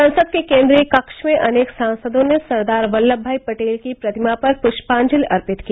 संसद के केंद्रीय कक्ष में अनेक सांसदों ने सरदार वल्लम भाई पटेल की प्रतिमा पर पुष्पांजलि अर्पित की